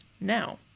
now